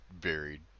varied